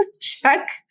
Check